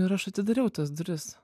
ir aš atidariau tas duris